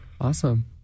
Awesome